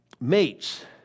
mates